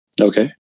Okay